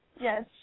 Yes